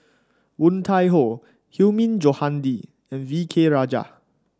Woon Tai Ho Hilmi Johandi and V K Rajah